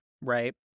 right